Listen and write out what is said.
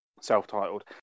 self-titled